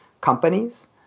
companies